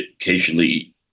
occasionally